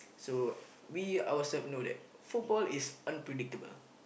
so we also know that football is unpredictable